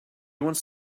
wants